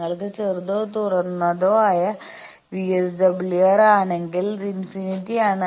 നിങ്ങൾക്ക് ചെറുതോ തുറന്നതോ ആയ VSWR ആണെങ്കിൽ ഇൻഫിനിറ്റിയാണ്